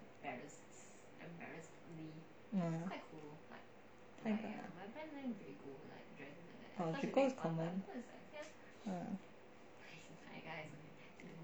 oh drago is common ah